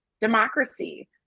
democracy